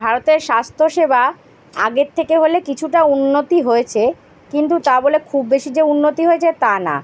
ভারতের স্বাস্থ্য সেবা আগের থেকে হলে কিছুটা উন্নতি হয়েছে কিন্তু তা বলে খুব বেশি যে উন্নতি হয়েছে তা না